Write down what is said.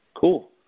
cool